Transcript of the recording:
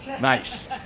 Nice